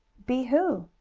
be who?